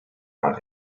want